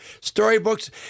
storybooks